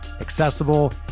accessible